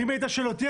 ואם היית שואל אותי,